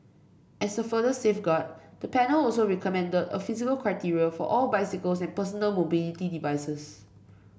as a further safeguard the panel also recommended a physical criteria for all bicycles and personal mobility devices